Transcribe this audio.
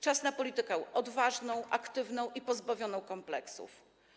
Czas na politykę odważną, aktywną i pozbawioną kompleksów.